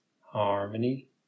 harmony